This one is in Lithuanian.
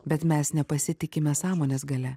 bet mes nepasitikime sąmonės galia